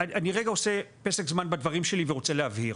אני רגע עושה פסק זמן בדברים שלי ורוצה להבהיר: